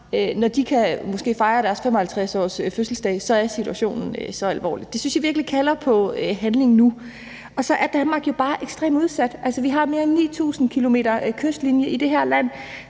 Når de kan fejre deres 55-årsfødselsdag, er situationen så alvorlig. Det synes jeg virkelig kalder på handling nu. Danmark er jo bare ekstremt udsat. Vi har mere end 9.000 km kystlinje i det her land.